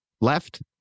left